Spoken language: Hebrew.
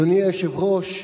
אדוני היושב-ראש,